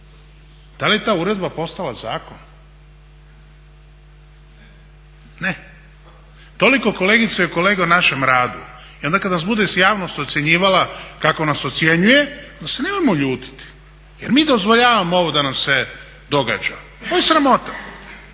Da li je ta uredba postala zakon? Ne. Toliko kolegice i kolege o našem radu. I onda kad nas bude javnost ocjenjivala, kako nas ocjenjuje onda se nemojmo ljutiti jer mi dozvoljavamo ovo da nam se događa, ovo je sramota